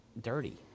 dirty